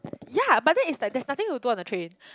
yea but then it's like there's nothing to do on the train